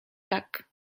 tak